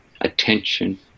attention